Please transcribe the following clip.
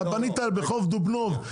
אתה בנית ברח' דובנוב,